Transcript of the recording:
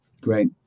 Great